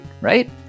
right